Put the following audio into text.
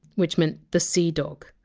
which meant! the sea dog,